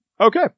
Okay